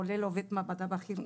כולל עובד מעבדה בכיר,